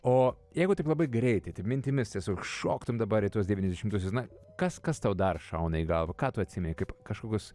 o jeigu taip labai greitai mintimis tiesiog šoktum dabar į tuos devyniasdešimtuosius na kas kas tau dar šauna į galvą ką tu atsimeni kaip kažkokius